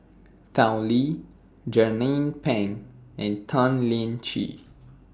Tao Li Jernnine Pang and Tan Lian Chye